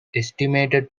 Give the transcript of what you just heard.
estimated